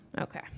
Okay